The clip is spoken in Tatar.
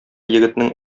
егетнең